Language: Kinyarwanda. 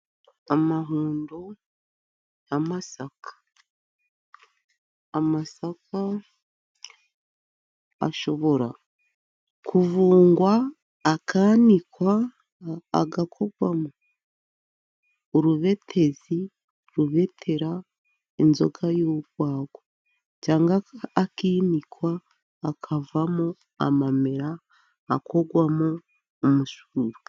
Amahundo y'amasaka. Amasaka ashobora kuvungwa akanikwa, agakorwamo urubetezi rubetera inzoga y'urwagwa, cyangwa akinikwa akavamo amamera akengwamo umusuru.